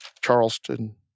Charleston